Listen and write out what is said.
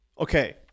Okay